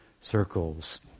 circles